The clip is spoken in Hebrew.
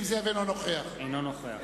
אינו נוכח